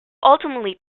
ultimately